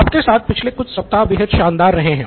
आपके साथ पिछले कुछ सप्ताह बेहद शानदार रहे है